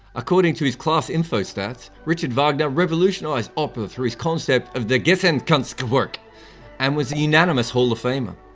according to his class info stats, richard wagner revolutionised opera through his concept of the gesamtkunstwerk and was a unanimous hall of famer.